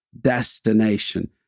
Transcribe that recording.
destination